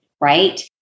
right